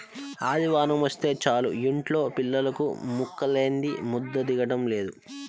ఆదివారమొస్తే చాలు యింట్లో పిల్లలకు ముక్కలేందే ముద్ద దిగటం లేదు